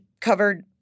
covered